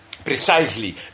Precisely